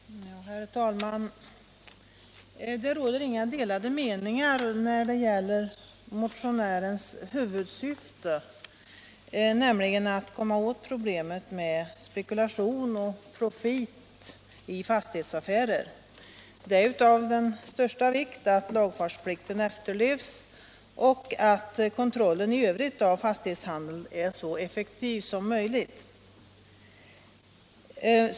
Herr talman! Det råder inga delade meningar om motionärens huvudsyfte, nämligen att komma åt problemet med spekulation och profit i fastighetsaffärer. Det är av största vikt att lagfartsplikten efterlevs och att kontrollen i övrigt av fastighetshandeln är så effektiv som möjligt.